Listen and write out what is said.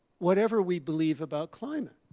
whatever we believe about climate?